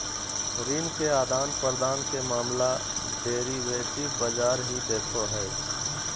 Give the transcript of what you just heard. ऋण के आदान प्रदान के मामला डेरिवेटिव बाजार ही देखो हय